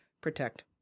protect